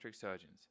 surgeons